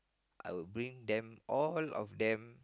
I will bring them all of them